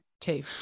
two